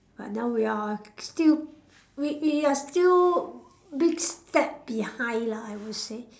but now we are still we we are still big step behind lah I would say